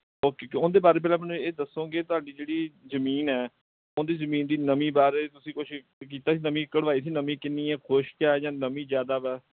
okay ਕ ਉਹਦੇ ਬਾਰੇ ਪਹਿਲਾਂ ਮੈਨੂੰ ਇਹ ਦੱਸੋਗੇ ਤੁਹਾਡੀ ਜਿਹੜੀ ਜ਼ਮੀਨ ਹੈ ਉਹਦੀ ਜ਼ਮੀਨ ਦੀ ਨਮੀਂ ਬਾਰੇ ਤੁਸੀਂ ਕੁਛ ਕੀਤਾ ਨਮੀਂ ਕਢਵਾਈ ਸੀ ਨਮੀਂ ਕਿੰਨੀ ਹੈ ਖੁਸ਼ਕ ਆ ਜਾਂ ਨਮੀਂ ਜ਼ਿਆਦਾ ਵਾ